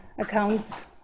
accounts